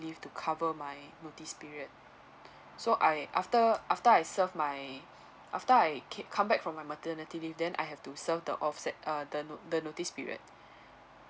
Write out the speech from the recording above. leave to cover my notice period so I after after I serve my after I ke~ come back from my maternity leave then I have to serve the offset uh the no~ the notice period